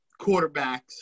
quarterbacks